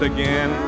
again